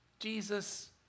Jesus